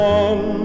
one